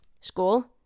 school